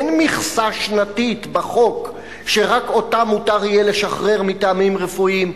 אין מכסה שנתית בחוק שרק אותה מותר יהיה לשחרר מטעמים רפואיים.